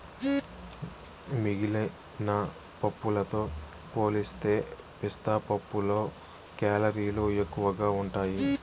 మిగిలిన పప్పులతో పోలిస్తే పిస్తా పప్పులో కేలరీలు ఎక్కువగా ఉంటాయి